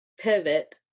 pivot